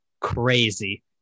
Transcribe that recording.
Crazy